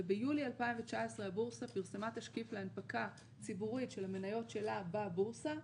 וביולי 2019 הבורסה פרסמה תשקיף להנפקה ציבורית של המניות שלה בבורסה,